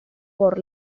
por